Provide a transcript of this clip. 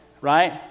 Right